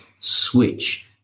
switch